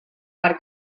per